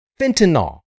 fentanyl